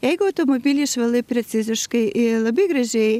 jeigu automobilį išvalai preciziškai ir labai gražiai